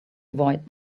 avoid